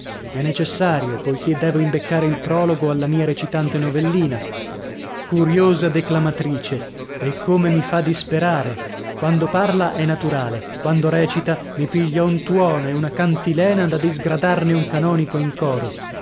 è necessario poichè devo imbeccare il prologo alla mia recitante novellina curiosa declamatrice e come mi fa disperare quando parla è naturale quando recita mi piglia un tuono e una cantilena da disgradarne un canonico in coro